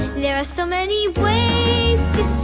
there are so many ways